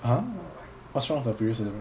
!huh! what's wrong with our previous trip